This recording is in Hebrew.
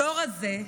הדור הזה,